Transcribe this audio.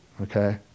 Okay